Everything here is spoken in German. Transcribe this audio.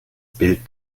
bild